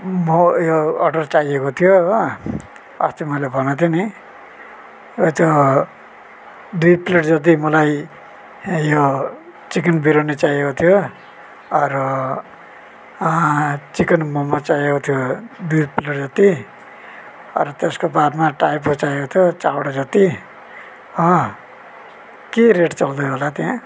म यो अर्डर चाहिएको थियो हो अस्ति मैले भनेको थिएँ नि अझ दुई प्लेट जति मलाई यो चिकन बिरयानी चाहिएको थियो र चिकन मोमो चाहिएको थियो दुई प्लेट जति अरू त्यसको बादमा टाइपो चाहिएको थियो चारवटा जति अँ के रेट चल्दै होला त्यहाँ